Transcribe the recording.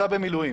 במילואים.